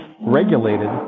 regulated